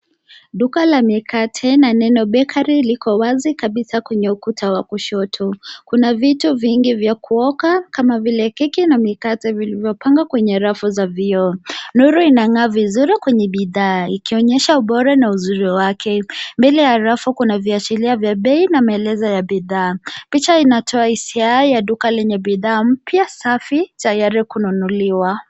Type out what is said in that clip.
Duka la mikate na neno bakery liko wazi kabisa kwenye ukuta wa kushoto. Kuna vito vingi vya kuoka kama vile keki na mikate vilivyopangwa kwenye rafu za vioo. Nuru inang'aa vizuri kwenye bidhaa ikionyesha ubora na uzuri wake. Mbele ya rafu kuna viashiria vya bei na maelezo ya bidhaa. Picha inatoa hisia ya duka lenye bidhaa mpya safi tayari kununuliwa.